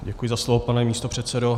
Děkuji za slovo, pane místopředsedo.